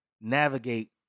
navigate